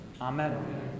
Amen